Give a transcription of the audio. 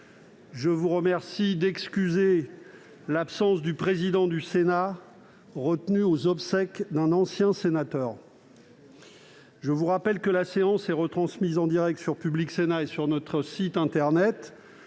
Je vous prie d'excuser l'absence du président du Sénat, retenu aux obsèques d'un ancien sénateur. Je vous rappelle que la séance est retransmise en direct sur Public Sénat et sur notre site internet.